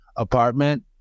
apartment